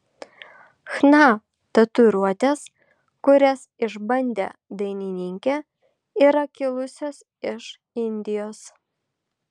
chna tatuiruotės kurias išbandė dainininkė yra kilusios iš indijos